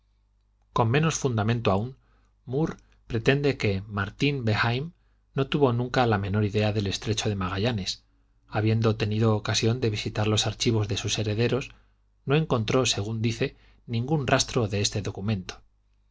con menos fundamento aún murr pretende que martín behaim no tuvo nunca la menor idea del estrecho de magallanes habiendo tenido ocasión de visitar los archivos de sus herederos no encontró según dice ningún rastro de este documento